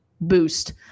boost